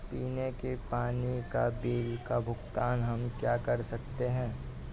पीने के पानी का बिल का भुगतान हम कहाँ कर सकते हैं?